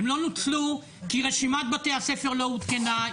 הם לא נוצלו כי רשימת בתי הספר לא עודכנה,